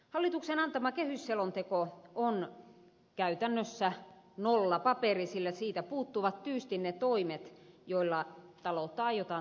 hallituksen antama kehysselonteko on käytännössä nollapaperi sillä siitä puuttuvat tyystin ne toimet joilla taloutta aiotaan tasapainottaa